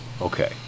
Okay